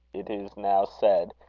it is now said,